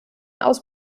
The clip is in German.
aus